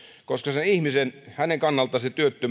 koska sen ihmisen kannalta